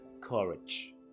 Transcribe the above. courage